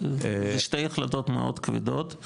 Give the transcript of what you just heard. --- זה שתי החלטות מאוד כבדות,